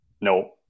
No